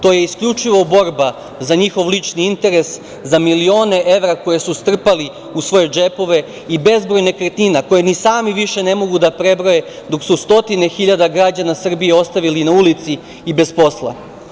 To je isključivo borba za njihov lični interes, za milione evra koje su strpali u svoje džepove i bezbroj nekretnina koje ni sami više ne mogu da prebroje, dok su stotine hiljada građana Srbije ostavili na ulici i bez posla.